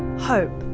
hope.